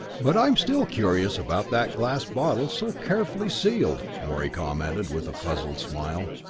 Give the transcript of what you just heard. but i'm still curious about that glass bottle, so carefully sealed. morey commented with a puzzled smile.